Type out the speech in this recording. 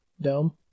dome